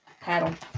paddle